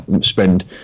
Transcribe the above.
spend